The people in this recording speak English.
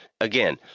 again